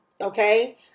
Okay